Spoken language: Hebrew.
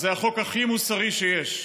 אז זה החוק הכי מוסרי שיש,